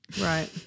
Right